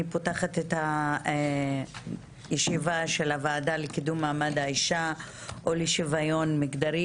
אני פותחת את הישיבה של הוועדה לקידום מעמד האישה ולשוויון מגדרי.